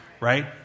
right